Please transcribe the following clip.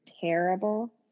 terrible